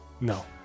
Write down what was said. No